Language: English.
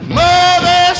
mother